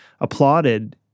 applauded